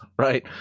right